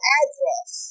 address